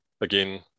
again